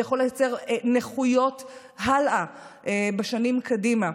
זה יכול לייצר נכויות הלאה בשנים קדימה.